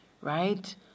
Right